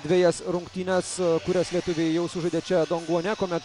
dvejas rungtynes kurias lietuviai jau sužaidė čia donguane kuomet